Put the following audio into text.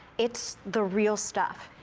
it's the real stuff.